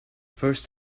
first